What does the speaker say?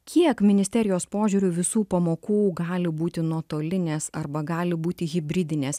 kiek ministerijos požiūriu visų pamokų gali būti nuotolinės arba gali būti hibridinės